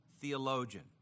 theologian